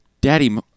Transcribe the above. Daddy